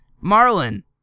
Marlin